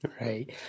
Right